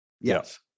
Yes